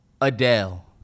Adele